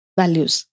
values